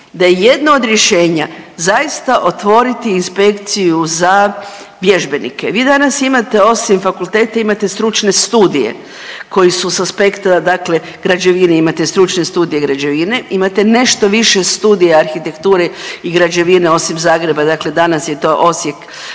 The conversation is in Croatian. da je jedna od rješenja zaista otvoriti inspekciju za vježbenike. Vi danas imate, osim fakulteta imate stručne studije koji su s aspekta dakle građevine, imate stručne studije građevine, imate nešto više studija arhitekture i građevine osim Zagreba, dakle danas je to Osijek,